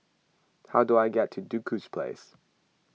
how do I get to Duku Place